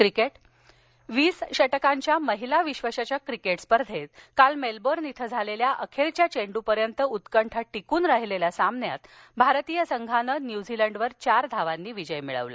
cricket विस षटकांच्या महिला विश्वचषक क्रिकेट स्पर्धेत काल मेलबोर्न इथं झालेल्या अखेरच्या चेंडूपर्यंत उत्कठा टिकून राहिलेल्या सामन्यात भारतीय संघानं न्यूझीलंडवर चार धावांनी विजय मिळवला